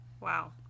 Wow